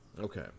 Okay